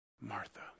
Martha